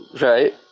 Right